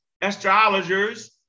astrologers